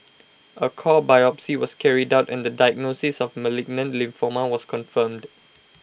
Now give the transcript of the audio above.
A core biopsy was carried out and the diagnosis of malignant lymphoma was confirmed